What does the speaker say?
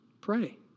pray